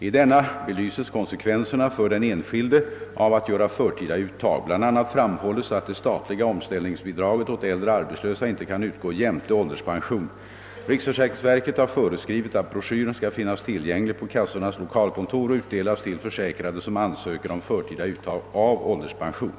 I denna belyses konsekvenserna för den enskilde av att göra förtida uttag. Bland annat framhålles att det statliga omställningsbidraget åt äldre arbetslösa inte kan utgå jämte ålderspension. Riksförsäkringsverket har föreskrivit att broschyren skall finnas. tillgänglig på kassornas lokalkontor och utdelas till försäkrade som ansöker om förtida uttag av ålderspension.